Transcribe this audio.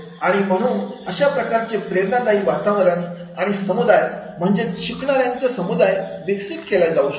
आणि म्हणून अशाप्रकारचे प्रेरणादायी वातावरण आणि समुदाय म्हणजेच शिकणाऱ्या ची समुदाय विकसित केले जातील